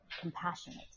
compassionate